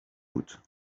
بود